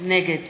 נגד